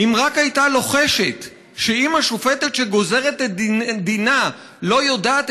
אם רק הייתה לוחשת / שאם השופטת שגוזרת את דינה / לא יודעת